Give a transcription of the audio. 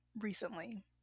recently